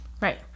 Right